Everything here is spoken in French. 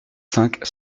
cinq